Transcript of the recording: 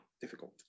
difficult